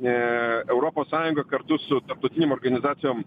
ne europos sąjunga kartu su tarptautinėm organizacijom